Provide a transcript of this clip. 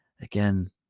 Again